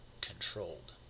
controlled